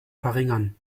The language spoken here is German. verringern